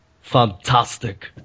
Fantastic